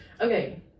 Okay